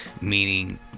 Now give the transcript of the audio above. meaning